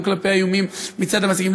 גם כלפי האיומים מצד המצילים.